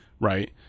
right